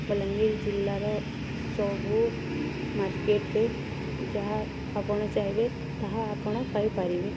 ବଲାଙ୍ଗୀର ଜିଲ୍ଲାର ସବୁ ମାର୍କେଟ୍ରେ ଯାହା ଆପଣ ଚାହିଁବେ ତାହା ଆପଣ ପାଇପାରିବେ